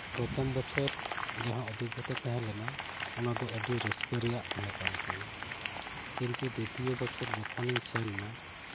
ᱯᱟᱹᱦᱤᱞ ᱥᱮᱨᱢᱟ ᱡᱟᱦᱟᱸ ᱵᱩᱡᱩᱱ ᱛᱮᱦᱮᱸᱞᱮᱱᱟ ᱚᱱᱟ ᱫᱚ ᱟᱹᱰᱤ ᱨᱟᱹᱥᱠᱟᱹ ᱨᱮᱭᱟᱜ ᱛᱟᱦᱮᱸ ᱠᱟᱱ ᱛᱤᱧᱟᱹ ᱢᱮᱱᱠᱷᱟᱱ ᱫᱚᱥᱟᱨ ᱥᱮᱨᱢᱟ ᱡᱚᱠᱷᱚᱱᱤᱧ ᱥᱮᱱ ᱮᱱᱟ